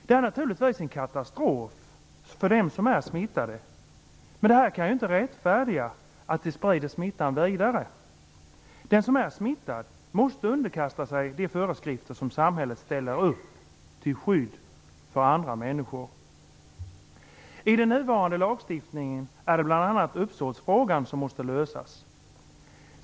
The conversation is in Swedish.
Det är naturligtvis en katastrof för dem som är smittade, men detta kan inte rättfärdiga att de sprider smittan vidare. Den som är smittad måste underkasta sig de föreskrifter som samhället ställer upp, till skydd för andra människor. I den nuvarande lagstiftningen är det bl.a. uppsåtsfrågan som måste lösas.